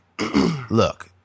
Look